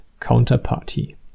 Counterparty